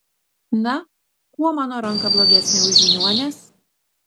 na kuo mano ranka blogesnė už žiniuonės